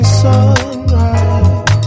sunrise